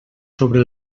sobre